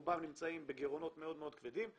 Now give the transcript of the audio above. רובם נמצאים בגירעונות מאוד כבדים,